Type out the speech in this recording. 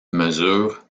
mesure